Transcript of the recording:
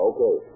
Okay